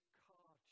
car